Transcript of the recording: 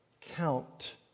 count